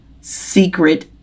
secret